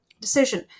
decision